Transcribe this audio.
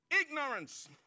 Ignorance